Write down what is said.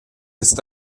ist